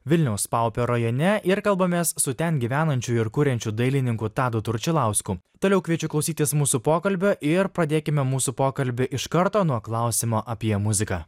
vilniaus paupio rajone ir kalbamės su ten gyvenančiu ir kuriančiu dailininku tadu tručilausku toliau kviečiu klausytis mūsų pokalbio ir pradėkime mūsų pokalbį iš karto nuo klausimo apie muziką